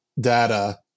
data